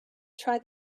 try